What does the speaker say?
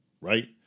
right